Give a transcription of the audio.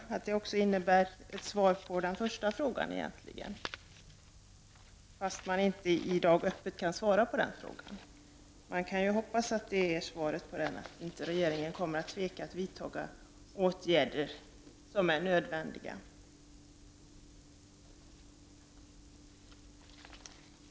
Jag tolkar det som ett svar också på den första frågan, eftersom statsrådet i dag inte öppet kan svara på den. Jag hoppas att svaret på den frågan är att regeringen inte kommer att tveka att vidta de åtgärder som är nödvändiga.